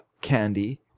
candy